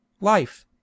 life